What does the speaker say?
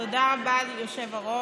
תודה רבה ליושב-ראש.